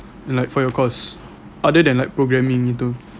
like for your course other than like programming gitu